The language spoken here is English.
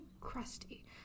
crusty